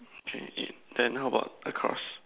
okay eight then how about the cross